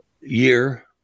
year